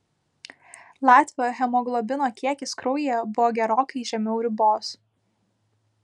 latvio hemoglobino kiekis kraujyje buvo gerokai žemiau ribos